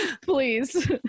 please